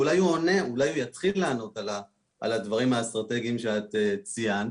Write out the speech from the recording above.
אולי הוא יתחיל לענות על הדברים האסטרטגיים שציינת,